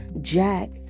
Jack